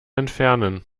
entfernen